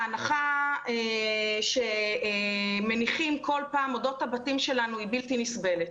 ההנחה שמניחים כל פעם אודות הבתים שלנו היא בלתי נסבלת.